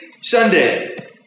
Sunday